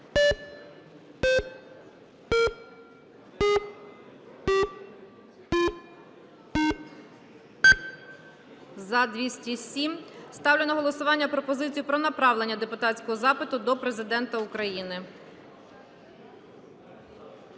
За-207 Ставлю на голосування пропозицію про направлення депутатського запиту до Президента України.